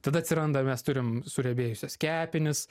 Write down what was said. tada atsiranda mes turim suriebėjusias kepenis